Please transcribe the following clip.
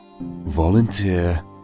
volunteer